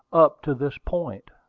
up to this point.